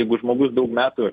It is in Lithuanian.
jeigu žmogus daug metų